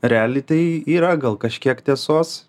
realiai tai yra gal kažkiek tiesos